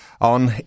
on